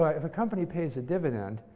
but if a company pays a dividend,